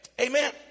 Amen